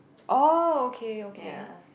oh okay okay